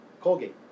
Colgate